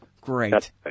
Great